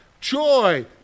joy